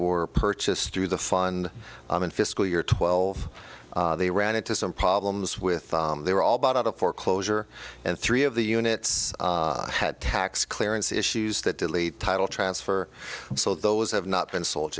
were purchased through the fun in fiscal year twelve they ran into some problems with they were all bought out of foreclosure and three of the units had tax clearance issues that delayed title transfer so those have not been sold